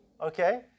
Okay